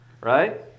right